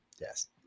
Yes